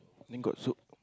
then got Zouk